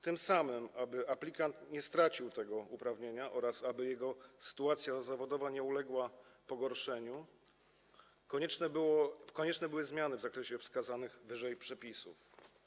Tym samym, aby aplikant nie stracił tego uprawnienia oraz aby jego sytuacja zawodowa nie uległa pogorszeniu, konieczne były zmiany w zakresie wskazanych wyżej przepisów.